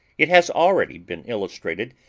it has already been illustrated,